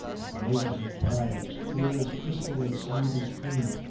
and legs and thighs clear as crystal and smooth as cream.